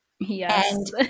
Yes